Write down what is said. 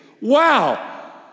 wow